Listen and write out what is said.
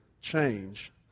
change